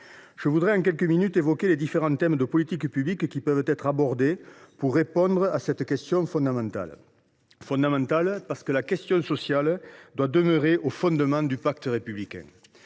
Je voudrais, en quelques minutes, évoquer les différents thèmes de politique publique qui peuvent être abordés pour répondre à cette question fondamentale. Fondamentale, parce que la question sociale doit demeurer au fondement du pacte républicain.